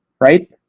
Right